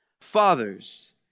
Fathers